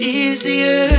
easier